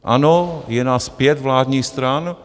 Ano, je nás pět vládních stran.